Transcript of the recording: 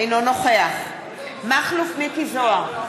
אינו נוכח מכלוף מיקי זוהר,